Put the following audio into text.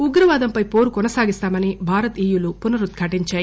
ఉగ్రవాదంపై వోరు కొనసాగిస్తామని భారత్ ఇయులు పునరుద్ఘాటించాయి